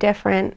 different